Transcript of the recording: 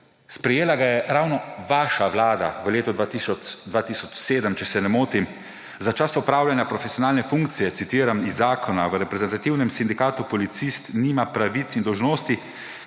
sprejela ravno vaša vlada v letu 2007, če se ne motim. »Za čas opravljanja profesionalne funkcije,« citiram, »iz zakona v reprezentativnem sindikatu policist nima pravic in dolžnosti,